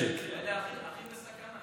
אלה הכי בסכנה.